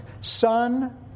Son